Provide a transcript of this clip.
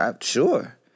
sure